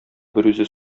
берүзе